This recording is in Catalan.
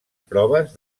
proves